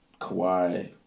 Kawhi